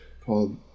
Paul